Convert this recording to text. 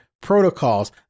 protocols